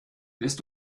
bist